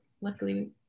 luckily